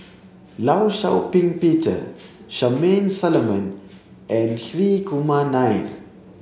Law Shau Ping Peter Charmaine Solomon and Hri Kumar Nair